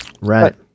Right